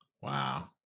Wow